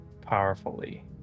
powerfully